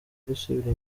gusubira